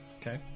Okay